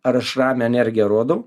ar aš ramią energiją rodau